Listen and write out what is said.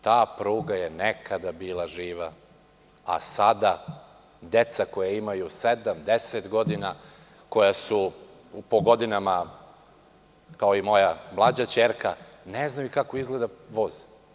Ta pruga je nekada bila živa, a sada deca koja imaju sedam, deset godina, koja su po godinama kao i moja mlađa ćerka, ne znaju kako izgleda voz.